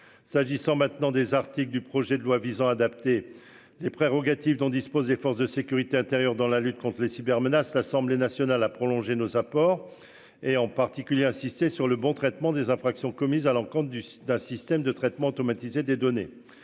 S'agissant maintenant des articles du projet de loi visant à adapter les prérogatives dont disposent les forces de sécurité intérieure dans la lutte contre les cybermenaces. L'Assemblée nationale a prolongé nos apports. Et en particulier insisté sur le bon traitement des infractions commises à l'encontre d'un système de traitement automatisé des données.